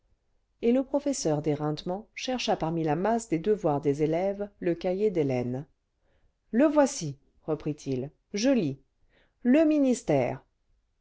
et le professeur d'éreintement chercha parmi la masse des devoirs des élèves le cahier d'hélène ce le voici reprit-il je lis le ministère